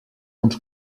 uns